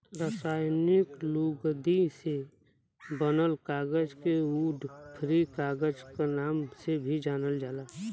रासायनिक लुगदी से बनल कागज के वुड फ्री कागज क नाम से भी जानल जाला